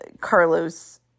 Carlos